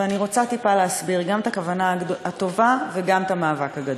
ואני רוצה טיפה להסביר גם את הכוונה הטובה וגם את המאבק הגדול.